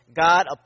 God